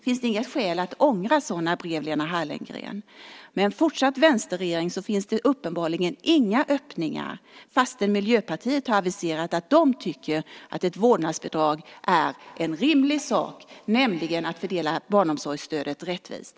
Finns det inget skäl att ångra sådana brev, Lena Hallengren? Med en fortsatt vänsterregering finns det uppenbarligen inga öppningar fastän Miljöpartiet har aviserat att de tycker att ett vårdnadsbidrag är en rimlig sak när det gäller att fördela barnomsorgsstödet rättvist.